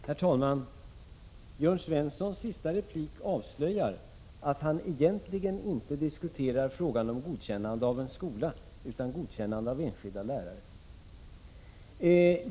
Herr talman! Jörn Svenssons sista replik avslöjar att han egentligen inte diskuterar godkännande av en skola utan godkännande av enskilda lärare.